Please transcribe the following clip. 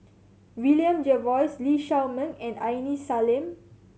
William Jervois Lee Shao Meng and Aini Salim